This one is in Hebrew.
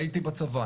הייתי בצבא,